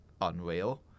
unreal